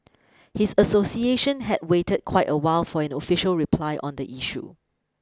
his association had waited quite a while for an official reply on the issue